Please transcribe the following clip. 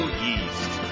yeast